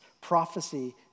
prophecy